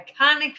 iconic